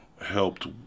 helped